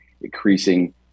increasing